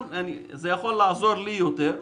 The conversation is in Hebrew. ואז זה יכול לעזור לי יותר,